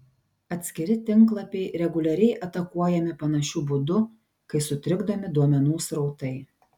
atskiri tinklapiai reguliariai atakuojami panašiu būdu kai sutrikdomi duomenų srautai